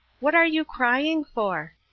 what are you crying for?